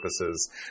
purposes